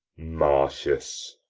marcius!